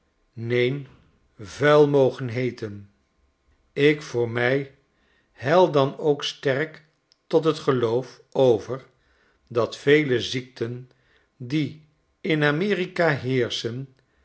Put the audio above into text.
neen vuil mogen heeten ik voor mij hel dan ook sterk tot het geloof over dat vele ziekten die in amerika heerschen